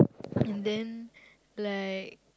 and then like